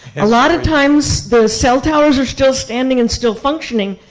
a lot of times the cell towers are still standing and still functioning,